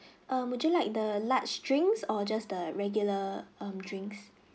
um would you like the large drinks or just the regular um drinks